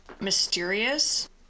mysterious